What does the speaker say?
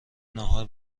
ناهار